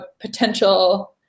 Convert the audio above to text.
potential